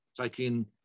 taking